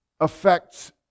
affects